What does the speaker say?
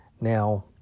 Now